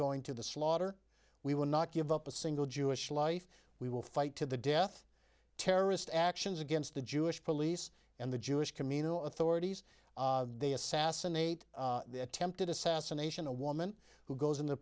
going to the slaughter we will not give up a single jewish life we will fight to the death terrorist actions against the jewish police and the jewish camino authorities they assassinate the attempted assassination a woman who goes in